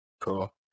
Cool